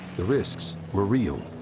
the risks were real.